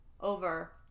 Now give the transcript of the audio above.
over